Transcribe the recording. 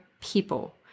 people